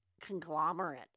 conglomerate